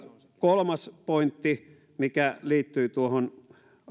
kolmas pointti mikä liittyy tuohon